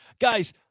guys